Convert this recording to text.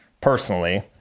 personally